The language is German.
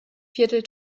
viertel